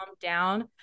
down